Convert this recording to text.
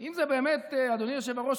אדוני היושב-ראש,